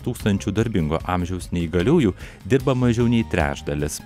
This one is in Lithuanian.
tūkstančių darbingo amžiaus neįgaliųjų dirba mažiau nei trečdalis